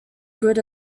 good